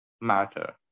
matter